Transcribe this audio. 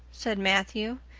said matthew,